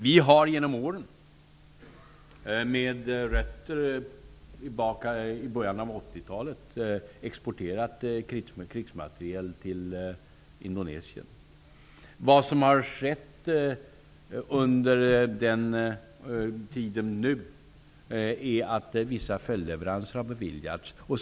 Vi har genom åren, med rötter tillbaka i början av Vad som har skett under den tiden är att vissa följdleveranser nu har beviljats.